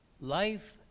life